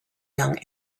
young